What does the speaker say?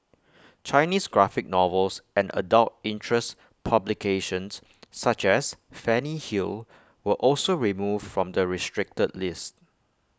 Chinese graphic novels and adult interest publications such as Fanny hill were also removed from the restricted list